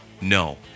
No